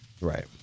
Right